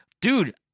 dude